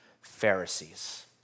Pharisees